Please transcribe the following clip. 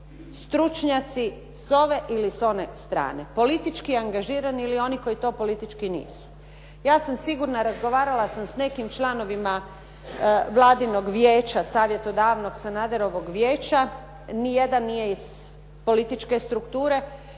stručnjaci s ove ili s one strane, politički angažirati ili oni koji to politički nisu. Ja sam sigurna, razgovarala sam s nekim članovima Vladinog vijeća, Savjetodavnog Sanaderovog vijeća, nijedan nije iz političke strukture,